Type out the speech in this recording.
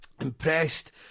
impressed